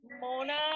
Mona